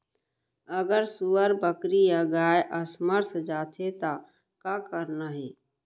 अगर सुअर, बकरी या गाय असमर्थ जाथे ता का करना हे?